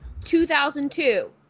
2002